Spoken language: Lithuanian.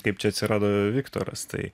kaip čia atsirado viktoras tai